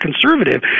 conservative